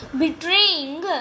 betraying